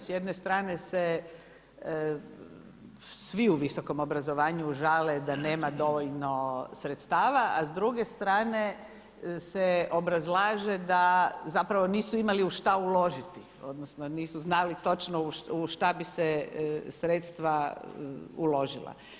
S jedne strane se svi u visokom obrazovanju žale da nema dovoljno sredstava, a s druge strane se obrazlaže da zapravo nisu imali u šta uložiti odnosno nisu znali točno u što bi se sredstva uložila.